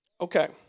Okay